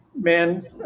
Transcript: man